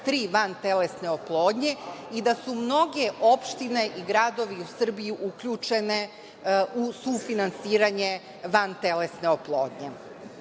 tri vantelesne oplodnje i da su mnoge opštine i gradovi u Srbiji uključene u sufinansiranje vantelesne oplodnje. Predlog